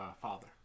father